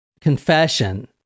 confession